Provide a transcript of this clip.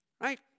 Right